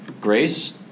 Grace